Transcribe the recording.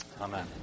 Amen